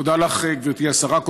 תודה לך, גברתי השרה.